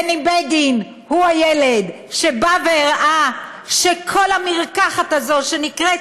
בני בגין הוא הילד שבא והראה שכל המרקחת הזו שנקראת